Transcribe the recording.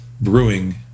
brewing